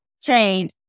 change